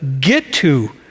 get-to